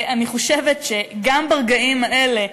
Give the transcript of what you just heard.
אני חושבת שגם ברגעים האלה,